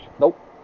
Nope